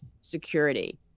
security